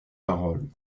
parole